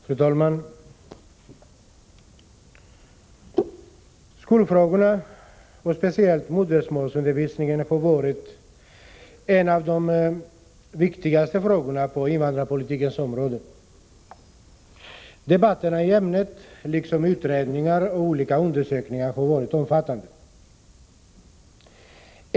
Fru talman! Skolfrågorna, och då speciellt modersmålsundervisningen, har varit några av de viktigaste frågorna på invandrarpolitikens område. Debatterna i ämnet, liksom utredningarna och olika undersökningar, har varit omfattande.